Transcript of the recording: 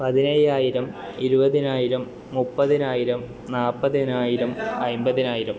പതിനേഴായിരം ഇരുപതിനായിരം മുപ്പതിനായിരം നാപ്പതിനായിരം അമ്പതിനായിരം